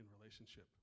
relationship